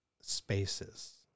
spaces